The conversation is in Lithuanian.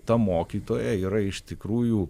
ta mokytoja yra iš tikrųjų